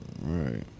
Right